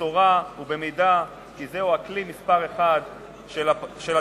במשורה ובמידה, כי זהו הכלי מספר אחת של הדמוקרטיה